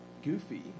Goofy